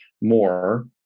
more